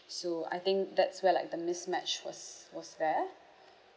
so I think that's where like the mismatch was was there